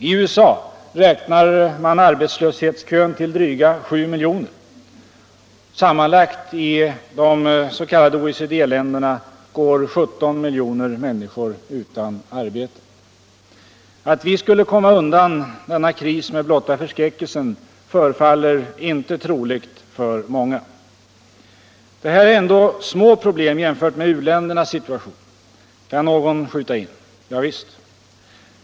I USA räknar man arbetslöshetskön till dryga 7 miljoner. Sammanlagt i de s.k. OECD-länderna går 17 miljoner människor utan arbete. Att vi skulle komma undan denna kris med blotta förskräckelsen förefaller inte troligt för många. Det här är ändå små problem jämfört med u-ländernas situation, kan någon skjuta in. Ja visst.